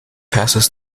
passes